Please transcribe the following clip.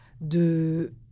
de